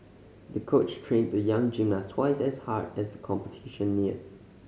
the coach trained the young gymnast twice as hard as the competition neared